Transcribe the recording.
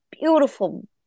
beautiful